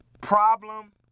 problem